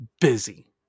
busy